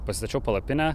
pasistačiau palapinę